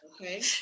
Okay